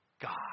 God